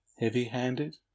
heavy-handed